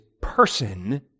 person